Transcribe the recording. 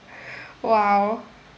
!wow!